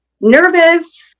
nervous